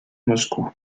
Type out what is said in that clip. moscou